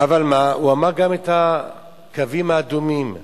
אבל מה, הוא גם אמר את הקווים האדומים.